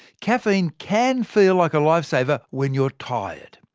caffeine can feel like a life-saver when you're tired.